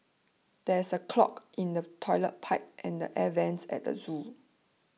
there is a clog in the Toilet Pipe and Air Vents at the zoo